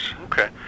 Okay